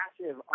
massive